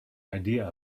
idea